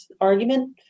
argument